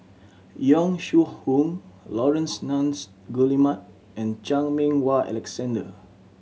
Yong Shu Hoong Laurence Nunns Guillemard and Chan Meng Wah Alexander